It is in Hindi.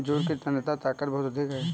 जूट की तन्यता ताकत बहुत अधिक है